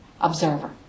Observer